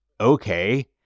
okay